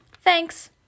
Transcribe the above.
Thanks